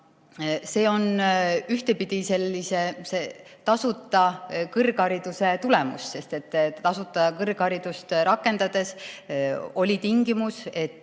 See on ühtpidi tasuta kõrghariduse tulemus, sest tasuta kõrgharidust rakendades oli tingimus, et